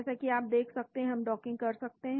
जैसा कि आप देख सकते हैं कि हम डॉकिंग कर सकते हैं